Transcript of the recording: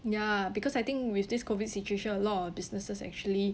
ya because I think with this COVID situation a lot of businesses actually